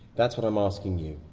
that's what i'm asking you,